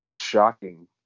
shocking